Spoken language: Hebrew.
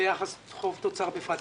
ויחס חוב תוצר בפרט.